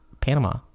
Panama